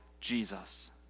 Jesus